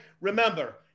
Remember